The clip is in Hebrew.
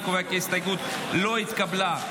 אני קובע כי ההסתייגות לא התקבלה.